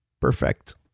perfect